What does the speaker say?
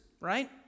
right